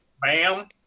bam